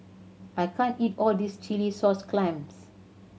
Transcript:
I can't eat all this chilli sauce clams